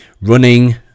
running